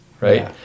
right